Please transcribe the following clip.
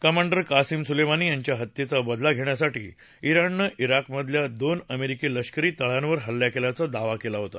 commander Qasem Soleimani यांच्या हत्येचा बदला घेण्यासाठी रोणनं रोकमधल्या दोन अमेरिकी लष्करी तळांवर हल्ला केल्याचा दावा केला आहे